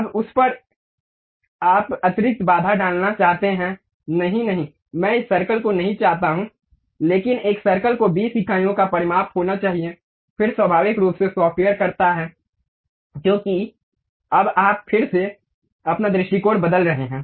अब उस पर आप अतिरिक्त बाधा डालना चाहते हैं नहीं नहीं मैं इस सर्कल को नहीं चाहता हूं लेकिन एक सर्कल को 20 इकाइयों का परिमाप होना चाहिए फिर स्वाभाविक रूप से सॉफ्टवेयर करता है क्योंकि अब आप फिर से अपना दृष्टिकोण बदल रहे हैं